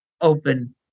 open